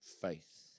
faith